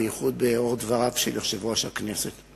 בייחוד לאור דבריו של יושב-ראש הכנסת.